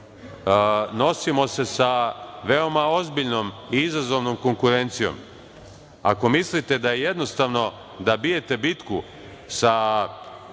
Nosimo se sa veoma ozbiljnom i izazovnom konkurencijom. Ako mislite da je jednostavno da bijete bitku sa